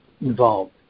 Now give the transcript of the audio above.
involved